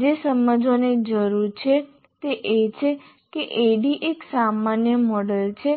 જે સમજવાની જરૂર છે તે એ છે કે ADDIE એક સામાન્ય મોડેલ છે